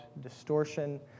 distortion